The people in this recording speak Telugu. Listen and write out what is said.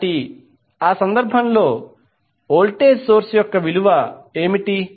కాబట్టి ఆ సందర్భంలో వోల్టేజ్ సోర్స్ యొక్క విలువ ఏమిటి